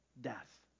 death